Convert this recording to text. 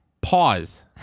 Pause